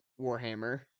warhammer